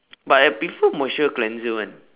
but I prefer moisture cleanser one